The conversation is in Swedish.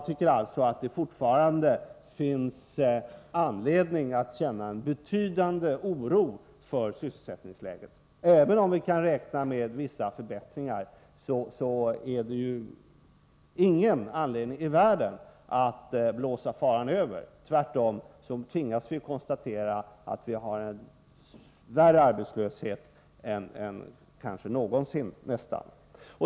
Det finns fortfarande anledning att känna en betydande oro för sysselsättningsläget. Även om vi kan räkna med vissa förbättringar finns det ingen anledning i världen att blåsa faran över. Tvärtom tvingas vi konstatera att vi har en värre arbetslöshet än kanske någonsin.